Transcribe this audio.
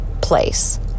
place